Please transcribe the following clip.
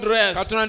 rest